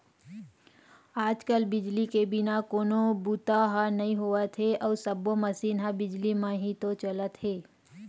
आज कल बिजली के बिना कोनो बूता ह नइ होवत हे अउ सब्बो मसीन ह बिजली म ही तो चलत हे